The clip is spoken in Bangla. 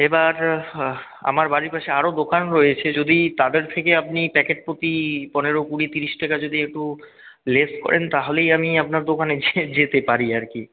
এবার আমার বাড়ির পাশে আরও দোকান রয়েছে যদি তাদের থেকে আপনি প্যাকেট প্রতি পনেরো কুড়ি তিরিশ টাকা যদি একটু লেস করেন তাহলেই আমি আপনার দোকানে যে যেতে পারি আর কি